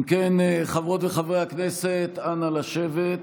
אם כן, חברות וחברי הכנסת, אנא, לשבת.